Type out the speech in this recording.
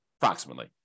approximately